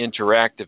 Interactive